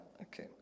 Okay